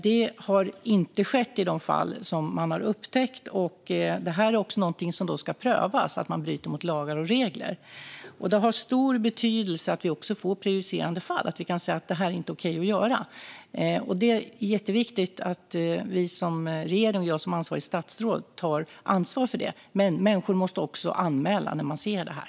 Det har inte skett i de fall som har upptäckts. Detta är också något som ska prövas: att man bryter mot lagar och regler. Det har stor betydelse att vi får prejudicerande fall och att vi kan säga: Det är inte okej att göra detta. Det är jätteviktigt att vi som regering och jag som ansvarigt statsråd tar ansvar för det. Men människor måste också anmäla när de ser det här.